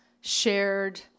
shared